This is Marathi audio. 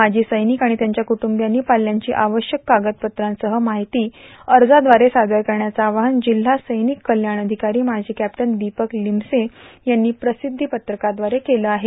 माजी सैनिक आणि त्यांच्या कुटूंबियांनी पाल्यांची आवश्यक कागदपत्रांसह माहिती अर्जाद्वारे सादर करण्याचं आवाहन जिल्हा सैनिक कल्याण अधिकारी माजी कॅप्टन दिपक लिमसे यांनी प्रसिद्धी पत्रकाद्वारे केलं आहे